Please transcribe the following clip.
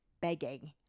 begging